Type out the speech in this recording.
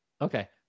okay